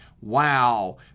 Wow